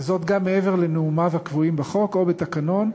וזאת גם מעבר לנאומיו הקבועים בחוק או בתקנון,